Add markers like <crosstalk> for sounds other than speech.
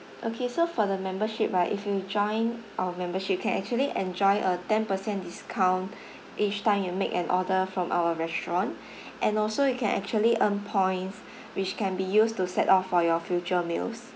okay so for the membership right if you join our membership can actually enjoy a ten percent discount <breath> each time you make an order from our restaurant <breath> and also you can actually earn points <breath> which can be used to set off for your future meals